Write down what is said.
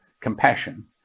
compassion